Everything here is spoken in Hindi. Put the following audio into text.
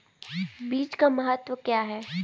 बीज का महत्व क्या है?